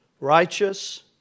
Righteous